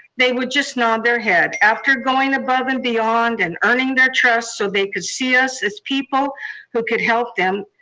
they would just nod their head. after going above and beyond and earning their trust so they could see us as people who could help them,